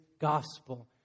gospel